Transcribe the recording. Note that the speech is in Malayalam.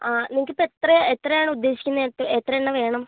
ആ നിങ്ങൾക്ക് ഇപ്പം എത്രയാണ് ഉദ്ദേശിക്കുന്നത് എത്ര എണ്ണം വേണം